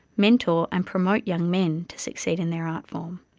mentor and promote young men to succeed in their artform.